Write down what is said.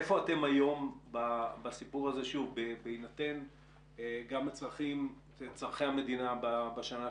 איפה אתם היום בסיפור הזה גם ביחס לצרכי המדינה בשנה,